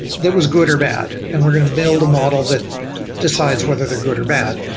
that was good or bad and we're going to build a model that decides whether they're good or bad.